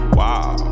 wow